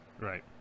Right